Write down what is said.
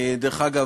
דרך אגב,